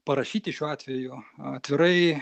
parašyti šiuo atveju atvirai